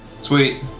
Sweet